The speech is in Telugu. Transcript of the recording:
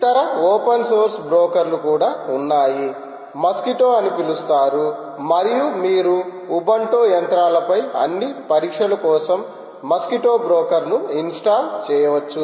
ఇతర ఓపెన్ సోర్స్ బ్రోకర్లు కూడా ఉన్నాయి మస్క్విటో అని పిలుస్తారు మరియు మీరు ఉబుంటు యంత్రాలపై అన్ని పరీక్షల కోసం మస్క్విటో బ్రోకర్ ను ఇన్స్టాల్ చేయవచ్చు